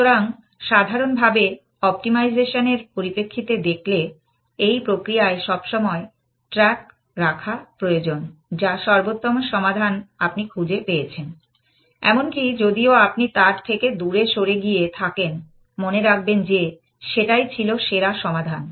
সুতরাং সাধারণভাবে অপটিমাইজেশন এর পরিপ্রেক্ষিতে দেখলে এই প্রক্রিয়ায় সবসময় ট্র্যাক রাখা প্রয়োজন যা সর্বোত্তম সমাধান আপনি খুঁজে পেয়েছেন এমনকি যদিও আপনি তার থেকে দূরে সরে গিয়ে থাকেন মনে রাখবেন যে সেটাই ছিল সেরা সমাধান